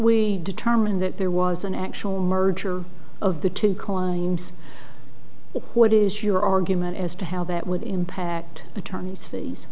we determine that there was an actual merger of the two cause what is your argument as to how that would impact attorneys fees